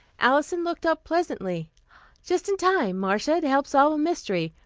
alison looked up pleasantly just in time, marcia, to help solve a mystery,